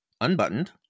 unbuttoned